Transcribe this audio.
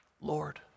Lord